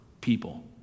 people